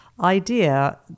idea